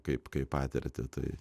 kaip kaip patirtį tai